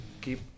keep